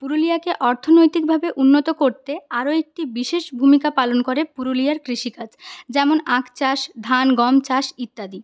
পুরুলিয়াকে অর্থনৈতিক ভাবে উন্নত করতে আরও একটি বিশেষ ভূমিকা পালন করে পুরুলিয়ার কৃষিকাজ যেমন আখ চাষ ধান গম চাষ ইত্যাদি